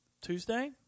Tuesday